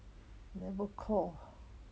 never call